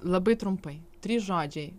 labai trumpai trys žodžiai